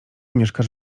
mieszkasz